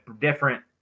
different